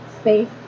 space